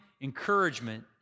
encouragement